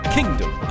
Kingdom